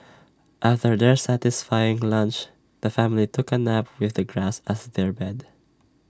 after their satisfying lunch the family took A nap with the grass as their bed